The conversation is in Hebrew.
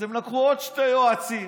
אז הם לקחו עוד שני יועצים,